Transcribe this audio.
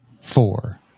four